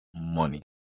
money